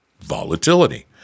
Volatility